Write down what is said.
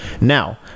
Now